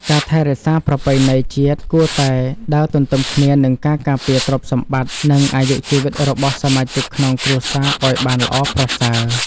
ការថែរក្សាប្រពៃណីជាតិគួរតែដើរទន្ទឹមគ្នានឹងការការពារទ្រព្យសម្បត្តិ និងអាយុជីវិតរបស់សមាជិកក្នុងគ្រួសារឱ្យបានល្អប្រសើរ។